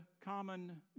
common